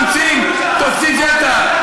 ממציאים.